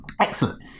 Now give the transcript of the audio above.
excellent